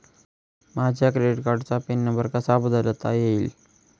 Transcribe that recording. माझ्या क्रेडिट कार्डचा pin number कसा बदलता येईल?